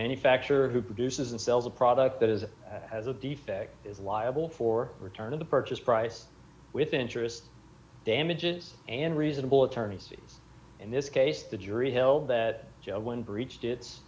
manufacturer who produces and sells a product that is as a defect is liable for return of the purchase price with interest damages and reasonable attorney's fees in this case the jury held that job when breached it